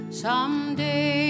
Someday